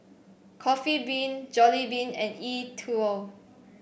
Coffee Bean Jollibean and E TWOW